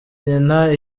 nyina